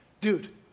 dude